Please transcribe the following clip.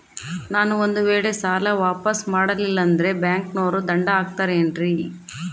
ನಾನು ಒಂದು ವೇಳೆ ಸಾಲ ವಾಪಾಸ್ಸು ಮಾಡಲಿಲ್ಲಂದ್ರೆ ಬ್ಯಾಂಕನೋರು ದಂಡ ಹಾಕತ್ತಾರೇನ್ರಿ?